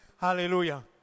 Hallelujah